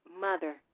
mother